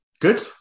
Good